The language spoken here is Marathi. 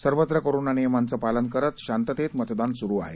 सर्वत्र कोरोना नियमांचं पालन करत शांततेत मतदान सुरू आहे